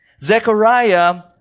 Zechariah